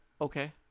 okay